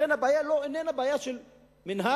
לכן הבעיה איננה של מינהל